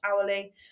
hourly